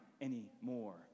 anymore